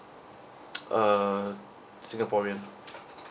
uh singaporean